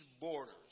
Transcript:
borders